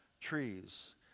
trees